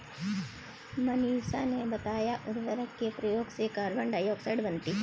मनीषा ने बताया उर्वरक के प्रयोग से कार्बन डाइऑक्साइड बनती है